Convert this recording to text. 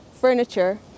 furniture